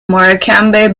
morecambe